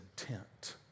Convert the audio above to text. intent